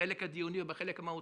בחלק הדיוני או בחלק הדיוני,